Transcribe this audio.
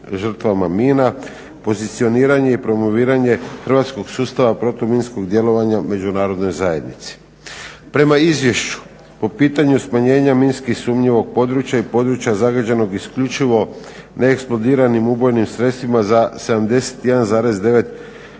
žrtvama mina, pozicioniranje i promoviranje hrvatskog sustava protu minskog djelovanja u Međunarodnoj zajednici. Prema izvješću po pitanju smanjenja minski sumnjivog područja i područja zagađenog isključivo neeksplodiranim ubojnim sredstvima za 71,9